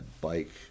bike